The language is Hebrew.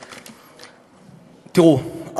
תראו,